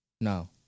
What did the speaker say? No